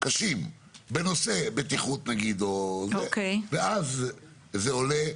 קשים בנושא בטיחות נגיד, ואז זה עולה,